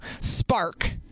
spark